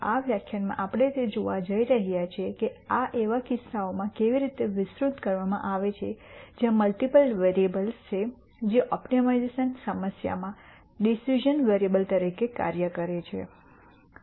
આ વ્યાખ્યાનમાં આપણે તે જોવા જઈ રહ્યા છીએ કે આ એવા કિસ્સાઓમાં કેવી રીતે વિસ્તૃત કરવામાં આવે છે જ્યાં મલ્ટિપલ વેરીએબલ્સ છે જે ઓપ્ટિમાઇઝેશન સમસ્યામાં ડિસિઝન વેરીએબલ્સ તરીકે કાર્ય કરે છે